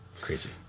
Crazy